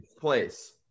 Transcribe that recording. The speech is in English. place